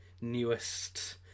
newest